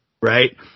Right